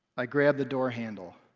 i grab the door handle.